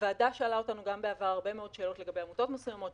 הוועדה שאלה אותנו גם בעבר הרבה מאוד שאלות לגבי עמותות מסוימות,